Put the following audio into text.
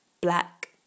black